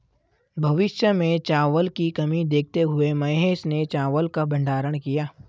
भविष्य में चावल की कमी देखते हुए महेश ने चावल का भंडारण किया